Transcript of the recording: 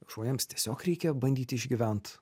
žmonėms tiesiog reikia bandyt išgyvent